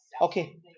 Okay